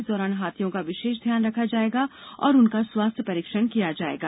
इस दौरान हाथियों का विशेष ध्यान रखा जायेगा और उनका स्वास्थ्य परीक्षण किया जायेगा